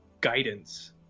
guidance